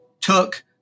took